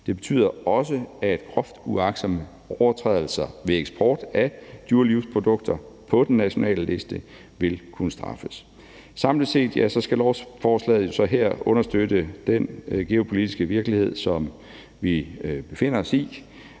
Det betyder også, at groft uagtsomme overtrædelser ved eksport af dual use-produkter på den nationale liste vil kunne straffes. Samlet set skal lovforslaget understøtte den geopolitiske virkelighed, som vi befinder os i,